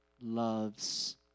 loves